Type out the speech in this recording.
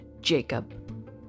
Jacob